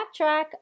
backtrack